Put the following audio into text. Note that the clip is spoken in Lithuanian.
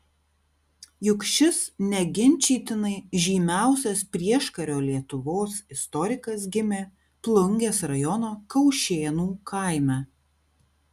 juk šis neginčytinai žymiausias prieškario lietuvos istorikas gimė plungės rajono kaušėnų kaime